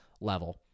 level